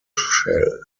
shell